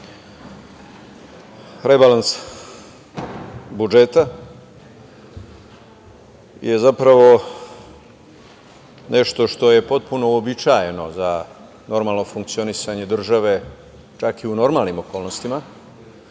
rebalans budžeta je zapravo nešto što je potpuno uobičajeno za normalno funkcionisanje države, čak i u normalnim okolnostima,